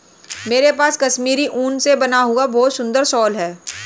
मेरे पास कश्मीरी ऊन से बना हुआ बहुत सुंदर शॉल है